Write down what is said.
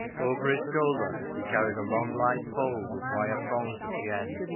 over his shoulder he carried a long, light pole, with wire prongs at the end,